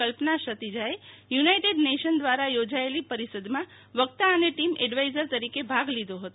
કલ્પના સતીજાએ United Nation ક્રારા યોજાયેલી પરિષદમાં વક્તા અને ટીમ એડવાઈઝર તરીકે ભાગ લીધો હતો